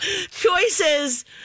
choices